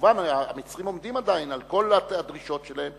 כמובן המצרים עומדים עדיין על כל הדרישות שלהם,